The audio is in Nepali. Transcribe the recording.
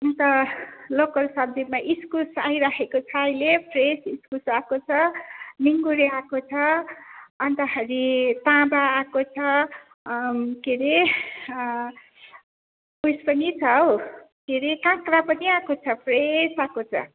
अन्त लोकल सब्जीमा इस्कुस आइराखेको छ अहिले फ्रेस इस्कुस आएको छ निङ्गुरे आएको छ अन्तखेरि ताँबा आएको छ के रे उएस पनि छौ के रे काँक्रा पनि आएको छ फ्रेस आएको छ